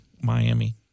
Miami